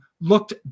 looked